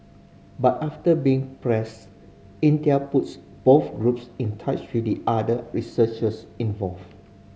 but after being pressed Intel puts both groups in touch with the other researchers involved